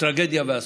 טרגדיה ואסון.